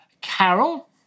Carol